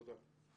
תודה.